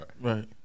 Right